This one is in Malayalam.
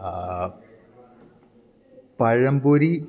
പഴംപൊരി